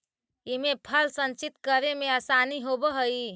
इमे फल संचित करे में आसानी होवऽ हई